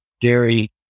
dairy